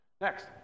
Next